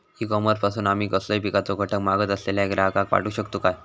E commerce पासून आमी कसलोय पिकाचो घटक मागत असलेल्या ग्राहकाक पाठउक शकतू काय?